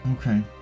Okay